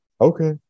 Okay